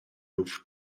luf